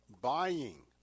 buying